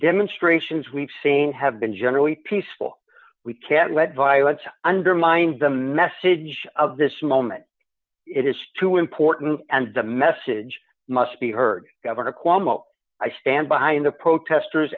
demonstrations we've seen have been generally peaceful we can't let violence undermine the message of this moment it is too important and the message must be heard governor cuomo i stand behind the protesters